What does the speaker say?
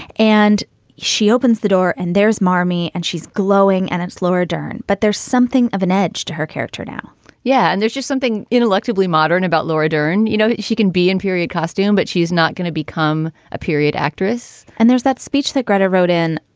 and she opens the door and there's marmee and she's glowing and it's laura dern. but there's something of an edge to her character now yeah, and there's just something ineluctably modern about laura dern. you know, she can be in period costume, but she's not gonna become a period actress. and there's that speech that gretar wrote in.